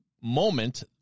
moment